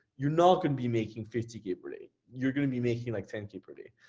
you're not gonna be making fifty k per day, you're gonna be making like ten k per day.